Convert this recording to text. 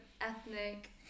ethnic